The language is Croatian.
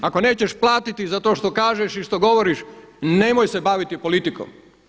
Ako nećeš platiti za to što kažeš i što govoriš nemoj se baviti politikom.